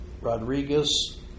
Rodriguez